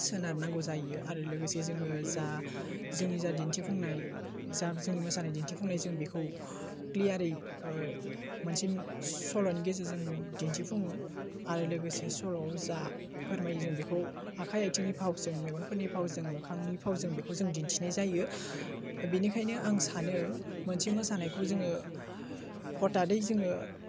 सोनार नांगौ जायो आरो लोगोसे जोङो जा जोंनि जा दिन्थिफुंनाय जा जोंनि मोसानाय दिन्थिफुंनाय जों बेखौ क्लियारयै मोनसे सल'नि गेजेरजों जों दिन्थिफुङो आरो लोगोसे सल'आव जा फोरमायो जों बेखौ आखाइ आइथिंनि फावजों मेगनफोरनि फावजों मोखांनि फावजों बेखौ जों दिन्थिनाय जायो बिनिखायनो आं सानो मोनसे मोसानायखौ जोङो हथादयै जोङो